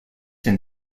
denn